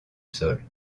sol